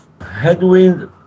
headwind